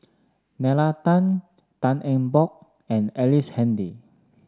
Nalla Tan Tan Eng Bock and Ellice Handy